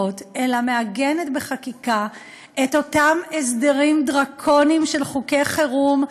אלא מעגנת בחקיקה את אותם הסדרים דרקוניים של חוקי חירום,